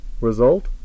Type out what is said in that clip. Result